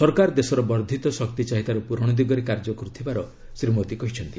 ସରକାର ଦେଶର ବର୍ଦ୍ଧିତ ଶକ୍ତିଚାହିଦାର ପୂରଣ ଦିଗରେ କାର୍ଯ୍ୟ କରୁଥିବାର ଶ୍ରୀ ମୋଦୀ କହିଛନ୍ତି